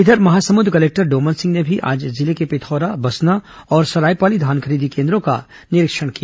इधर महासमुंद कलेक्टर डोमन सिंह ने भी आज जिले के पिथौरा बसना और सरायपाली धान खरीदी केन्द्रों का निरीक्षण किया